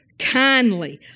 kindly